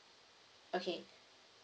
okay